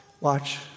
watch